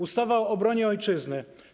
Ustawa o obronie ojczyzny.